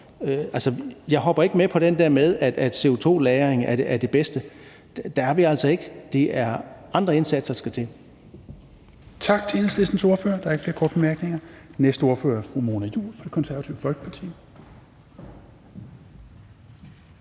Jeg hopper ikke med på den der med, at CO2-lagring er det bedste. Der er vi altså ikke. Det er andre indsatser, der skal til.